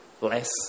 less